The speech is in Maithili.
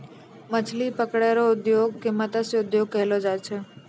मछली पकड़ै रो उद्योग के मतस्य उद्योग कहलो जाय छै